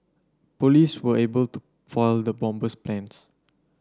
police were able to foil the bomber's plans